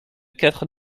quatre